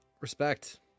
Respect